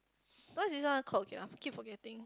what's this one called again ah I keep forgetting